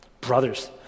Brothers